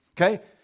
Okay